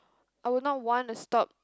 I would not want to stop